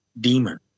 demon